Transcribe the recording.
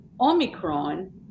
Omicron